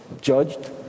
judged